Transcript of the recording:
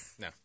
No